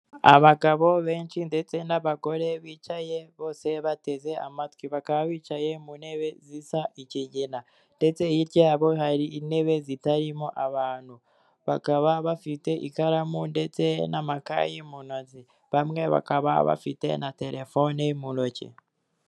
Abagabo benshi ndetse n'abagore bicaye bose bateze amatwi bakaba bicaye mu ntebe zisa ikigina ndetse hirya yabo hari intebe zitarimo abantu bakaba bafite ikaramu ndetse n'amakayi mu ntoki bamwe bakaba bafite na terefone mu ntoki.